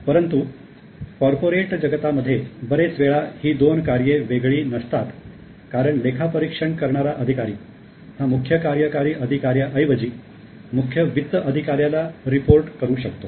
परंतु कॉर्पोरेट जगतामध्ये बरेच वेळा ही दोन कार्ये वेगळी नसतात कारण लेखापरीक्षण करणारा अधिकारी हा मुख्य कार्यकारी अधिकाऱ्याऐवजी मुख्य वित्त अधिकाऱ्याला रिपोर्ट करू शकतो